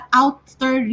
outer